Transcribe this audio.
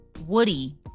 Woody